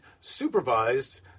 supervised